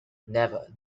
never